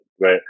right